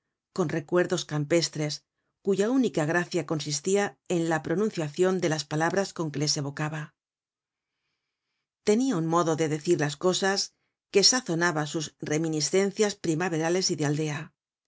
con recuerdos campestres cuya única gracia consistia en la pronunciacion de las palabras con que les evocaba tenia un modo de decir las cosas que sazonaba sus reminiscencias primaverales y de aldea